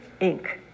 Inc